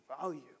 value